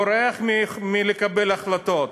בורח מלקבל החלטות.